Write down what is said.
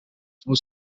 was